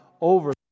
over